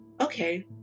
okay